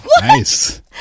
Nice